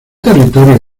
territorios